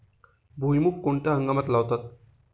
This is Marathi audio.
भुईमूग कोणत्या हंगामात लावतात?